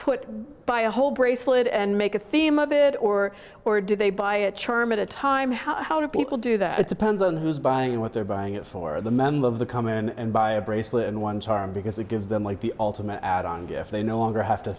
put by a whole bracelet and make a theme of it or or do they buy a charm at a time how do people do that it depends on who's buying what they're buying it for the member of the come in and buy a bracelet and one charm because it gives them like the ultimate add on if they no longer have to